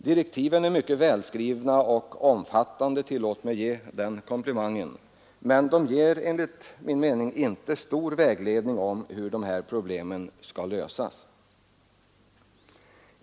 Direktiven är mycket välskrivna och omfattande — tillåt mig ge den komplimangen — men de ger enligt min mening inte mycket vägledning när det gäller hur dessa problem skall lösas.